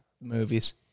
movies